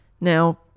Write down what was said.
now